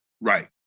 Right